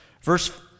verse